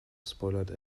spoilert